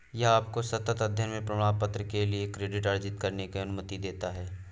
यह आपको सतत अध्ययन में प्रमाणपत्र के लिए क्रेडिट अर्जित करने की अनुमति देता है